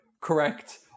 correct